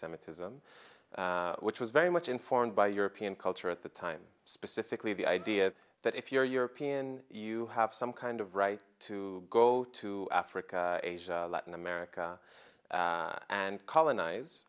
semitism which was very much informed by european culture at the time specifically the idea that if you're european you have some kind of right to go to africa asia latin america and colonize